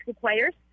players